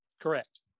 Correct